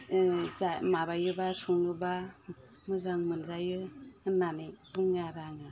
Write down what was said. माबायोब्ला सङोब्ला मोजां मोनजायो होननानै बुङो आरो आङो